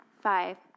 five